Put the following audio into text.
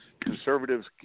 Conservatives